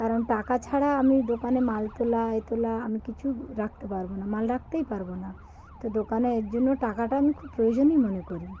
কারণ টাকা ছাড়া আমি দোকানে মাল তোলা এ তোলা আমি কিছু রাখতে পারব না মাল রাখতেই পারব না তো দোকানে এর জন্য টাকাটা আমি খুব প্রয়োজনই মনে করি